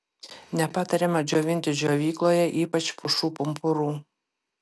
nepatariama džiovinti džiovykloje ypač pušų pumpurų